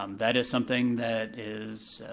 um that is something that is,